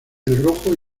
rojo